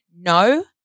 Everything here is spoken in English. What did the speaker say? no